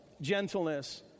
gentleness